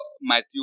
Matthew